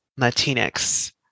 Latinx